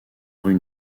rue